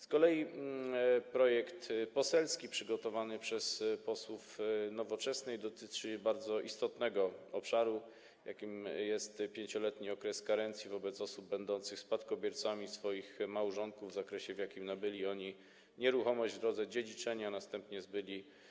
Z kolei projekt poselski przygotowany przez posłów Nowoczesnej dotyczy bardzo istotnego obszaru, jakim jest 5-letni okres karencji wobec osób będących spadkobiercami swoich małżonków w zakresie, w jakim nabyli oni nieruchomość w drodze dziedziczenia, a następnie ją zbyli.